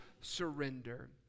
surrender